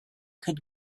could